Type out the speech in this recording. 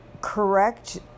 correct